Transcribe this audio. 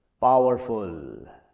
powerful